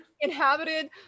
inhabited